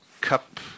cup